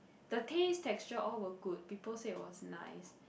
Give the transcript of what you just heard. the taste texture all were good people say it was nice